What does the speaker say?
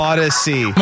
Odyssey